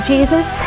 Jesus